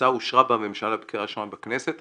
ההצעה אושרה בממשלה בקריאה ראשונה בכנסת,